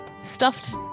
stuffed